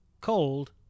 cold